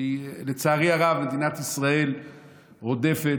כי לצערי הרב מדינת ישראל רודפת,